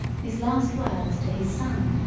his last words to his son,